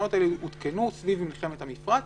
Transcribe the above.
התקנות האלה הותקנו סביב מלחמת המפרץ